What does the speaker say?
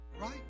right